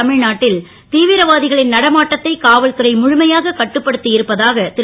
தமி நாட்டில் தீவிரவா களின் நடமாட்டத்தை காவல்துறை முழுமையாக கட்டுப்படுத் இருப்பதாக ரு